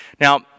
Now